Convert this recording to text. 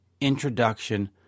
introduction